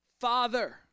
Father